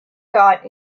got